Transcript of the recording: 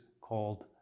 called